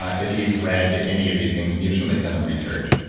ah if you've read any of these things and you've certainly done the research,